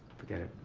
forget it.